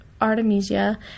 Artemisia